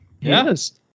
Yes